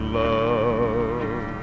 love